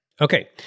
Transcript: Okay